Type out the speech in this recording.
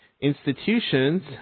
Institutions